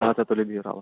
اَدٕ سا تُلِو بِہِو رۅبَس